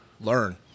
learn